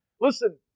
listen